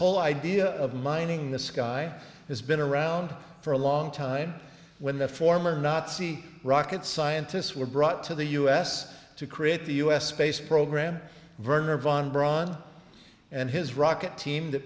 whole idea of mining the sky has been around for a long time when the former nazi rocket scientists were brought to the us to create the u s space program verner von braun and his rocket team that